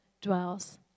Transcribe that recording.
dwells